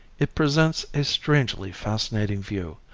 it presents a strangely fascinating view,